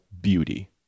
beauty